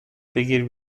بگیر